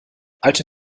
alte